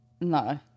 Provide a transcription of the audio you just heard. No